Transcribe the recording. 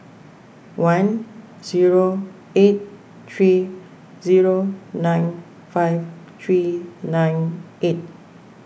one zero eight three zero nine five three nine eight